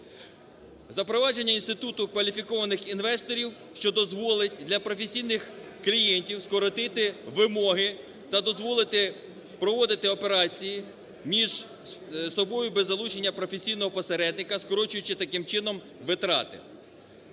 запровадження інституту кваліфікованих інвесторів, що дозволить для професійних клієнтів скоротити вимоги та дозволити проводити операції між собою без залучення професійного посередника, скорочуючи таким чином витрати.